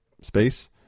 space